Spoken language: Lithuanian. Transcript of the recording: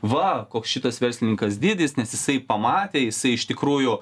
va koks šitas verslininkas didis nes jisai pamatė jisai iš tikrųjų